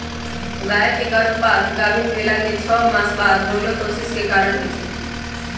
गाय के गर्भपात गाभिन् भेलाके छओ मास बाद बूर्सोलोसिस के कारण होइ छइ